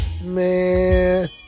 Man